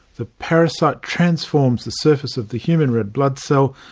the parasite transforms the surface of the human red blood so